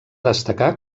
destacar